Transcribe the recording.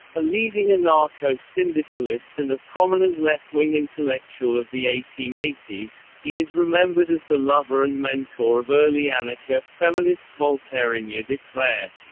a leading anarcho-syndicalist and a prominent left-wing intellectual of the eighteen eighty s, he is remembered as the lover and mentor of early anarcha-feminist voltairine yeah de cleyre.